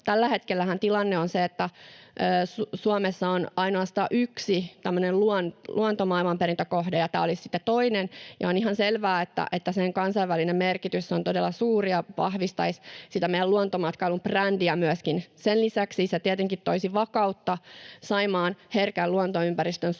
Tällä hetkellähän tilanne on se, että Suomessa on ainoastaan yksi tämmöinen luontomaailmanperintökohde, ja tämä olisi sitten toinen. On ihan selvää, että sen kansainvälinen merkitys on todella suuri, ja se vahvistaisi myöskin meidän luontomatkailun brändiä. Sen lisäksi se tietenkin toisi vakautta Saimaan herkän luontoympäristön suojeluun